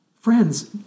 Friends